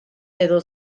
edo